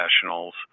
professionals